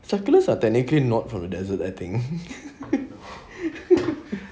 succulents are technically not from a desert I think